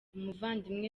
umuvandimwe